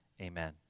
amen